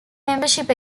membership